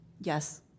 Yes